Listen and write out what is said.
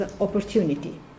opportunity